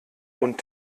und